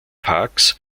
parks